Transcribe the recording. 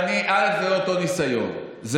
זה לא אותו ניסיון.